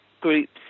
groups